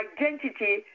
identity